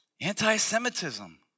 Anti-Semitism